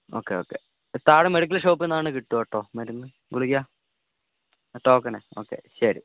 okay okay താഴെ medical ഷോപ്പിൽ നിന്നാണ് കിട്ടുക കേട്ടോ മരുന്ന് ഗുളിക ടോക്കണെ ഓക്കെ ശരി